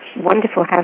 wonderful